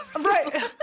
right